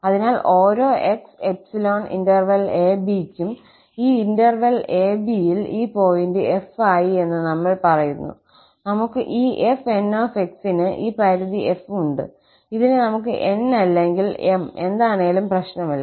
അതിനാൽ ഓരോ 𝑥 ∈ 𝑎 𝑏 ക്കും ഈ ഇന്റെർവെൽ𝑎 𝑏 ൽ ഈ പോയിന്റ് 𝑓 ആയി എന്ന് നമ്മൾ പറയുന്നു നമുക്ക് ഈ 𝑓𝑛𝑥 ന് ഈ പരിധി f ഉണ്ട് ഇതിനെ നമുക്ക് 𝑛 അല്ലെങ്കിൽ 𝑚 എന്താണേലും പ്രശ്നമില്ല